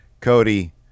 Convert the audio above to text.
cody